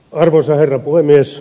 arvoisa herra puhemies